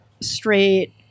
straight